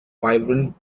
vibrant